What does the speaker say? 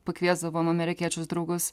pakviesdavom amerikiečius draugus